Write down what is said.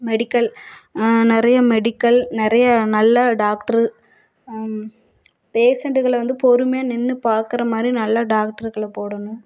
medical நிறையா medical நிறையா நல்ல டாக்ட்ரு பேஷன்ட்டுகளை வந்து பொறுமையாக நின்று பார்க்குற மாதிரி நல்லா டாக்ட்ருகளை போடணும்